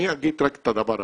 אני אגיד רק את הדבר הבא.